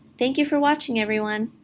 thank you for watching everyone.